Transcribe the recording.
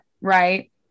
Right